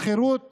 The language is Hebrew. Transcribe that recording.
שכירות